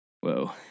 Whoa